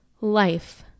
Life